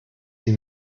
sie